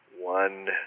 one